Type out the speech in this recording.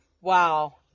Wow